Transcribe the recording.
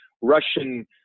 Russian